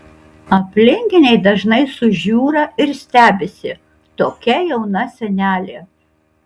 aplinkiniai dažnai sužiūra ir stebisi tokia jauna senelė